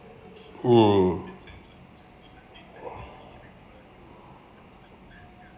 mm